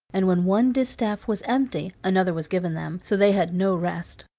and when one distaff was empty another was given them, so they had no rest.